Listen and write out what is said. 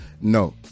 no